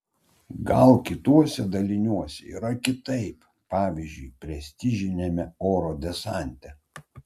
gal kituose daliniuose yra kitaip pavyzdžiui prestižiniame oro desante